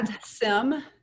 Sim